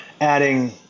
adding